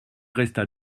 resta